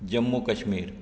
Jammu Kashmir